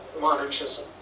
Monarchism